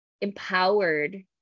empowered